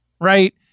right